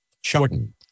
Shorten